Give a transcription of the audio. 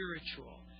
spiritual